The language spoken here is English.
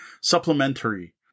supplementary